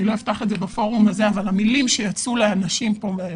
אני לא אפתח את זה בפורום הזה אבל המילים שיצאו לאנשים מהפה,